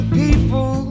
people